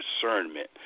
discernment